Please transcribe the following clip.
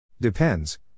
Depends